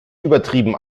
übertrieben